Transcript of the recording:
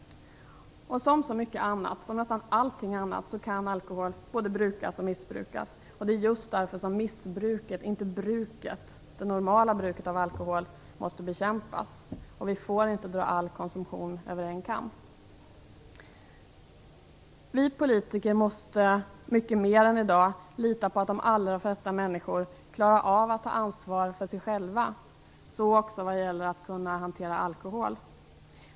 Som så mycket annat - som nästan allting annat - kan alkohol både brukas och missbrukas, och det är just därför som missbruket, inte det normala bruket, av alkohol måste bekämpas. Vi får inte dra all konsumtion över en kam. Vi politiker måste mycket mer än i dag lita på att de allra flesta människor klarar av att ta ansvar för sig själva - så också vad gäller att kunna hantera alkohol.